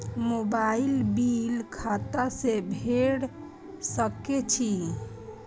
Mobile bill खाता से भेड़ सके छि?